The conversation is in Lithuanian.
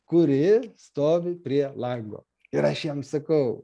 kuri stovi prie lango ir aš jam sakau